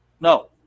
No